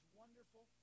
wonderful